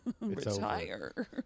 retire